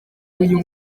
uyu